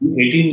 18